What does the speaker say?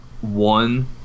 one